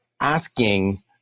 asking